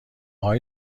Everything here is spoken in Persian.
های